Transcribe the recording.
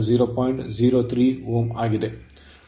03 Ω ಆಗಿದೆ